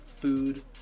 food